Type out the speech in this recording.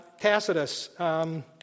Tacitus